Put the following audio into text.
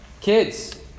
Kids